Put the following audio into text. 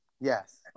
Yes